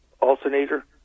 alternator